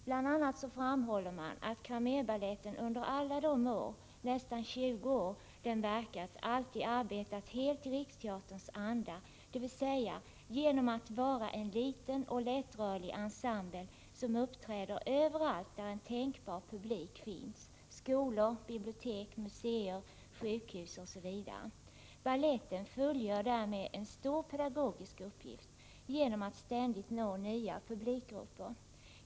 Bl.a. framhåller man att Cramérbaletten under alla de år den verkat — nästan 20 år — alltid arbetat helt i Riksteaterns anda, dvs. genom att vara en liten och lättrörlig ensemble som uppträder överallt där en tänkbar publik finns, t.ex. i skolor, bibliotek, museer, sjukhus osv. Baletten fullgör därmed en stor pedagogisk uppgift genom att ständigt nå nya publikgrupper.